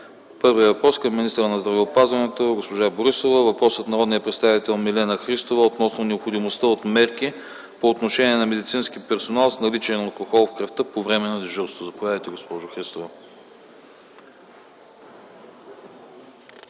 първия въпрос към министъра на здравеопазването госпожа Борисова. Въпросът е от народния представител Милена Христова относно необходимостта от мерки по отношение на медицински персонал с наличие на алкохол в кръвта по време на дежурство. Заповядайте, госпожо Христова.